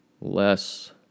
less